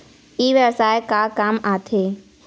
ई व्यवसाय का काम आथे?